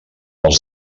els